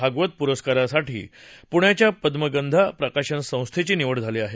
भागवत पुरस्कारासाठी पुण्याच्या पद्मगंधा प्रकाशन संस्थेची निवड झाली आहे